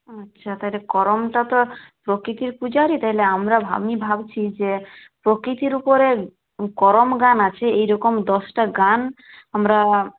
আচ্ছা তাহলে করমটা তো প্রকৃতির পূজারি তাইলে আমরা আমি ভাবছি যে প্রকৃতির উপরে করম গান আছে এই রকম দশটা গান আমরা